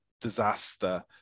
disaster